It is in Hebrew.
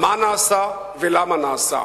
מה נעשה ולמה נעשה.